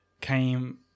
came